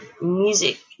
music